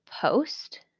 post